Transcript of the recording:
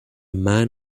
man